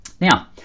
now